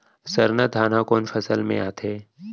सरना धान ह कोन फसल में आथे?